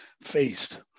faced